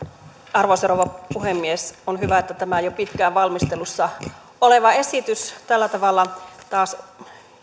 arvoisa rouva puhemies on hyvä että tämä jo pitkään valmistelussa ollut esitys tällä tavalla taas